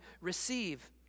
receive